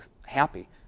happy